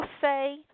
say